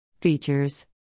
Features